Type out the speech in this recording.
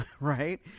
right